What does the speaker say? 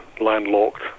landlocked